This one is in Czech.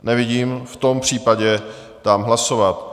Nevidím, v tom případě dám hlasovat.